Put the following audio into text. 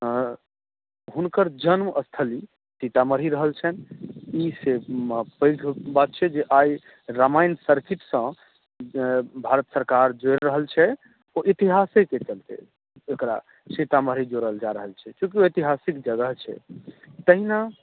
हुनकर जन्मस्थली सीतामढ़ी रहल छनि ई पैघ बात छै आइ रामायण सर्किट सॅं जे भारत सरकार जोरि रहल छै इतिहासे के चलते एकरा सीतामढ़ी जोड़ल जा रहल छै चूँकि ऐतिहासिक जगह छै तहिना